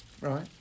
right